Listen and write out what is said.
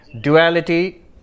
duality